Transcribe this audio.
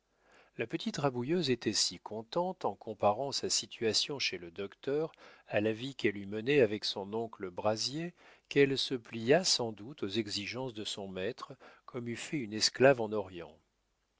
la petite rabouilleuse était si contente en comparant sa situation chez le docteur à la vie qu'elle eût menée avec son oncle brazier qu'elle se plia sans doute aux exigences de son maître comme eût fait une esclave en orient